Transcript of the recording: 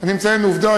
אני מציין עובדה,